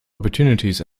opportunities